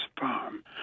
farm